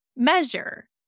measure